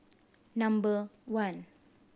number one